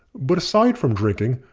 but aside from drinking,